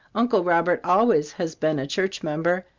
uncle robert always has been a church member.